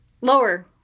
lower